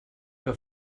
que